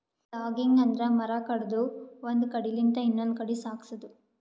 logging ಅಂದ್ರ ಮರ ಕಡದು ಒಂದ್ ಕಡಿಲಿಂತ್ ಇನ್ನೊಂದ್ ಕಡಿ ಸಾಗ್ಸದು